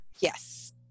Yes